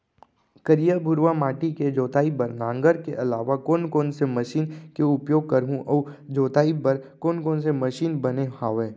करिया, भुरवा माटी के जोताई बर नांगर के अलावा कोन कोन से मशीन के उपयोग करहुं अऊ जोताई बर कोन कोन से मशीन बने हावे?